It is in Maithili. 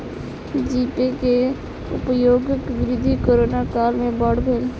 जी पे के उपयोगक वृद्धि कोरोना काल में बड़ भेल